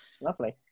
Lovely